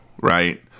right